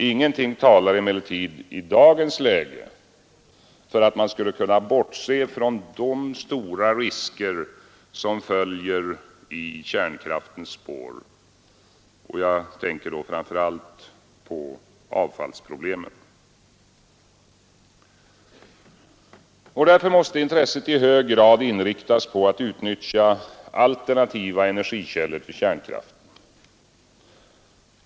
Ingenting talar emellertid i dagens läge för att man skulle kunna bortse från de stora risker som följer i kärnkraftens spår. Jag tänker då framför allt på avfallsproblemen. Därför måste intresset i hög grad inriktas på att utnyttja alternativa energikällor till kärnkraften.